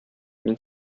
мин